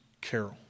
carol